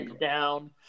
down